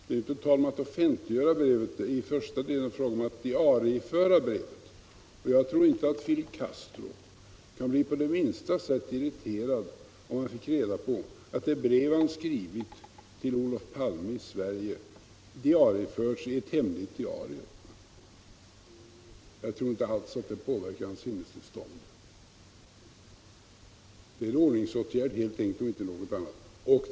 Det är inte tal om att offentliggöra brevet, utan i första hand fråga om att diarieföra det. Jag tror inte att Fidel Castro blir det minsta irriterad om han får reda på att det brev han skrivit till Olof Palme i Sverige diarieförts i ett hemligt diarium. Jag tror inte alls att det påverkar hans sinnestillstånd. Det är helt enkelt en ordningsåtgärd och ingenting annat.